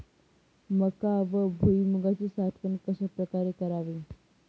मका व भुईमूगाची साठवण कशाप्रकारे करावी?